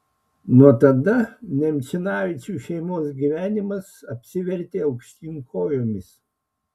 nuo tada nemčinavičių šeimos gyvenimas apsivertė aukštyn kojomis